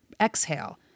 exhale